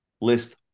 list